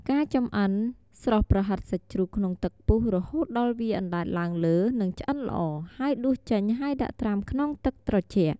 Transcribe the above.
ការចំអិន ស្រុះប្រហិតសាច់ជ្រូកក្នុងទឹកពុះរហូតដល់វាអណ្តែតឡើងលើ និងឆ្អិនល្អ ហើយដួសចេញហើយដាក់ត្រាំក្នុងទឹកត្រជាក់។